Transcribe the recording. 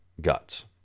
guts